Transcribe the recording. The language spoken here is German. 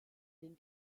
den